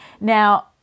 now